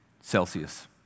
Celsius